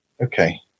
Okay